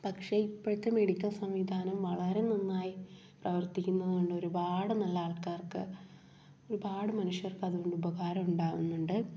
പക്ഷേ ഇപ്പോഴത്തെ മെഡിക്കൽ സംവിധാനം വളരെ നന്നായി പ്രവർത്തിക്കുന്നത് കൊണ്ട് ഒരുപാട് നല്ല ആൾക്കാർക്ക് ഒരുപാട് മനുഷ്യർക്ക് അതുകൊണ്ട് ഉപകാരം ഉണ്ടാകുന്നുണ്ട്